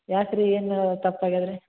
ಯಾಕೆ ರೀ ಏನು ತಪ್ಪು ಆಗ್ಯಾದೆ ರೀ